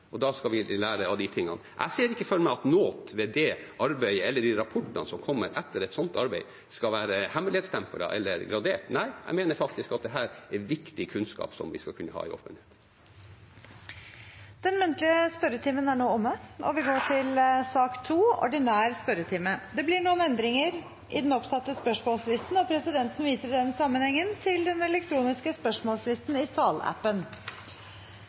og da skal vi lære av dette. Jeg ser ikke for meg at noe ved dette arbeidet eller de rapportene som kommer etter et slikt arbeid, skal være hemmeligstemplet eller gradert. Nei, jeg mener at dette er viktig kunnskap, som vi skal kunne ha i offentligheten. Den muntlige spørretimen er omme, og vi går over til den ordinære spørretimen. Det blir noen endringer i den oppsatte spørsmålslisten, og presidenten viser i den sammenheng til den elektroniske spørsmålslisten i salappen.